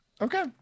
Okay